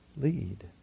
Lead